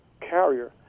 carrier